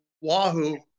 Wahoo